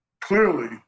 clearly